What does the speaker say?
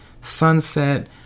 sunset